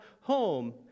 home